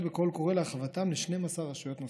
בקול קורא להרחבתם ל-12 רשויות נוספות.